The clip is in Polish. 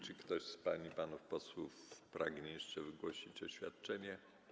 Czy ktoś z pań i panów posłów pragnie jeszcze wygłosić oświadczenie?